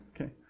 okay